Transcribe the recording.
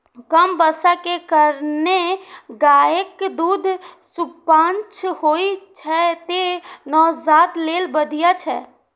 कम बसा के कारणें गायक दूध सुपाच्य होइ छै, तें नवजात लेल बढ़िया छै